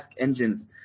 engines